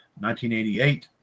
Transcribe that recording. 1988